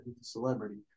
celebrity